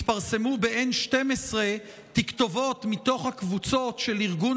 התפרסמו ב-N12 תכתובות מתוך הקבוצות של ארגון